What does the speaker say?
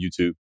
YouTube